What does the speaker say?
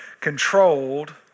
controlled